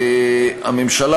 הממשלה,